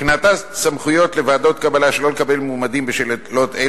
הקניית סמכויות לוועדות קבלה שלא לקבל מועמדים בשל אמות מידה